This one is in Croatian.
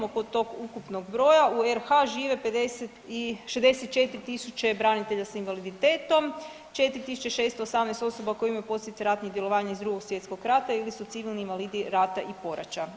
Oko tog ukupnog broja u RH žive 64000 branitelja sa invaliditetom, 4618 osoba koje imaju posljedice ratnih djelovanja iz Drugog svjetskog rata ili su civilni invalidi rata i poraća.